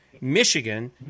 Michigan